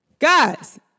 Guys